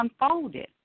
unfolded